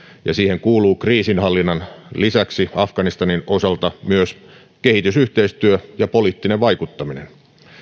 ja siihen kuuluu kriisinhallinnan lisäksi afganistanin osalta myös kehitysyhteistyö ja poliittinen vaikuttaminen